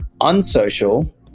unsocial